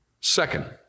Second